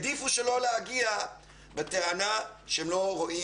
אבל העדיפו שלא להגיע בטענה שהם לא רואים